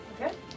Okay